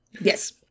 Yes